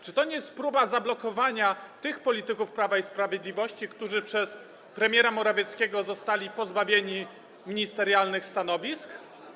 Czy to nie jest próba zablokowania tych polityków Prawa i Sprawiedliwości, którzy przez premiera Morawieckiego zostali pozbawieni ministerialnych stanowisk?